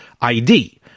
ID